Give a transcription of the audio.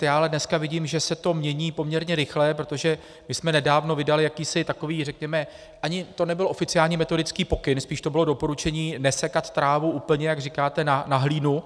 Ale dneska vidím, že se to mění poměrně rychle, protože nedávno jsme vydali jakýsi takový, řekněme, ani to nebyl oficiální metodický pokyn, spíš to bylo doporučení nesekat trávu úplně, jak říkáte, na hlínu.